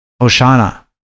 Oshana